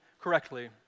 correctly